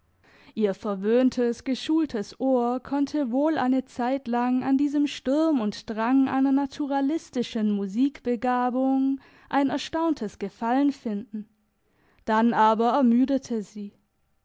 ihr verwöhntes geschultes ohr konnte wohl eine zeitlang an diesem sturm und drang einer naturalistischen musikbegabung ein erstauntes gefallen finden dann aber ermüdete sie